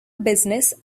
business